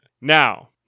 Now